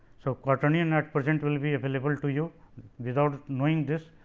so, quaternion at present will be available to you without knowing this.